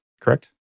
correct